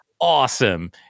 awesome